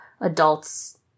adults